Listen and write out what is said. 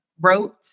wrote